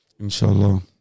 Inshallah